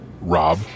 Rob